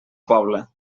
pobla